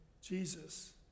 Jesus